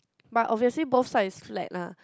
but obviously both side is flat lah